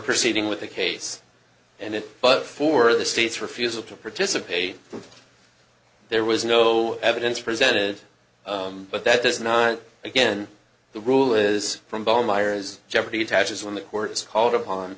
proceeding with the case and it but for the state's refusal to participate there was no evidence presented but that there's not again the rule is from bone myers jeopardy attaches when the court is called upon